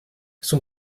son